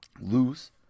Lose